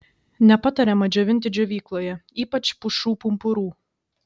nepatariama džiovinti džiovykloje ypač pušų pumpurų